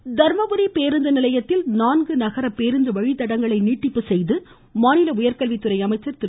அன்பழகன் தர்மபுரி பேருந்து நிலையத்தில் நான்கு நகர பேருந்து வழித்தடத்தை நீட்டிப்பு செய்து மாநில உயர்கல்வி துறை அமைச்சர் திரு